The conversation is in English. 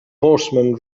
horseman